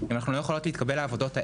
אם אנחנו לא יכולות להתקבל לעבודות האלה,